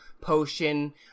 Potion